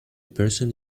person